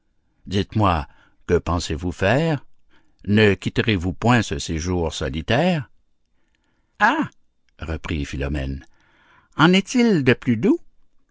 dites-moi que pensez-vous faire ne quitterez-vous point ce séjour solitaire ah reprit philomèle en est-il de plus doux